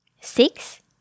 Six